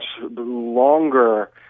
longer